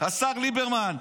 השר ליברמן,